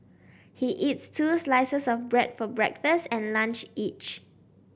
he eats two slices of bread for breakfast and lunch each